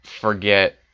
Forget